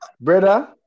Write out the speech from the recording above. brother